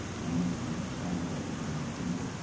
and the town has like eight hundred people,